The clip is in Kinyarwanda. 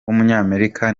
w’umunyamerika